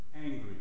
angry